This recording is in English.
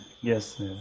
Yes